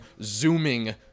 zooming